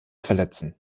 verletzen